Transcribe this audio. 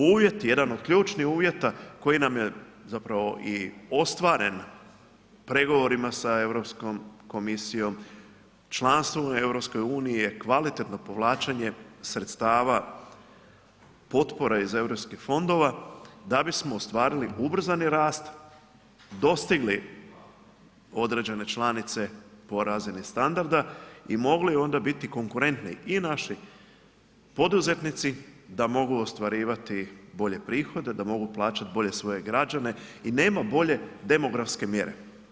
Uvjeti, jedan od ključnih uvjeta koji nam je zapravo i ostvaren sa pregovorima sa Europskom komisijom, članstvo u EU je kvalitetno povlačenje sredstava potpora iz eu fondova da bismo ostvarili ubrzani rast, dostigli, određene članice po razini standarda i mogli onda biti konkurentni i naši poduzetnici da mogu ostvarivati bolje prihode, da mogu plaćati bolje svoje građane i nema bolje demografske mjere.